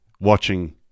watching